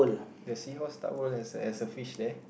the seahorse start world has a has a fish there